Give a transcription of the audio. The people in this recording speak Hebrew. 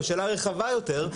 השאלה הרחבה יותר,